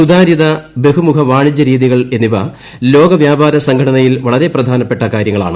സുതാര്യത ബഹുമുഖ വാണിജ്യ രീതികൾ എന്നിവ ലോകവ്യാപര സംഘടനയിൽ വളരെ പ്രധാനപ്പെട്ട കാര്യങ്ങളാണ്